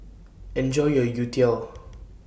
Enjoy your Youtiao